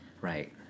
Right